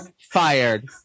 fired